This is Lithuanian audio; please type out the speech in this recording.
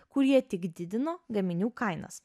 kurie tik didino gaminių kainas